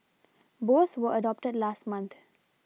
both were adopted last month